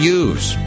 use